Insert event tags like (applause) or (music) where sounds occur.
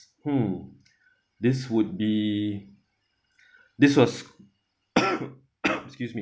hmm this would be this was (coughs) excuse me